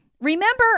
Remember